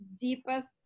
deepest